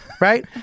Right